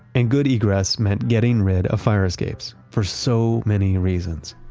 and good egress meant getting rid of fire escapes for so many reasons.